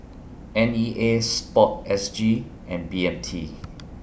N E A Sport S G and B M T